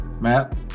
Matt